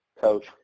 Coach